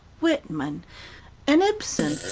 whitman an ibsen,